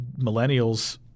millennials